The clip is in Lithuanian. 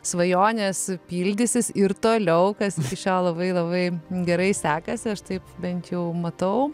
svajonės pildysis ir toliau kas iki šiol labai labai gerai sekasi aš taip bent jau matau